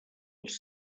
els